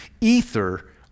Ether